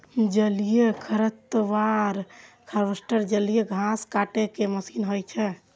जलीय खरपतवार हार्वेस्टर जलीय घास काटै के मशीन होइ छै